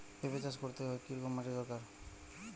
পেঁপে চাষ করতে কি রকম মাটির দরকার?